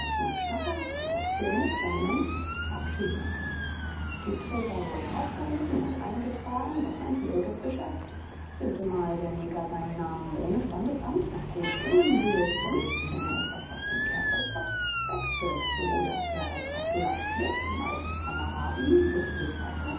geschnatter jedoch ohne tränen abschied nahmen die träger wurden aufgerufen und eingetragen was ein schwieriges geschäft sintemal der neger seinen namen ohne standesamt nach gutdünken wählt und wenn er etwas auf dem kerbholz hat wechselt so daß er als abdullah stirbt um als hammarabi lustig weiter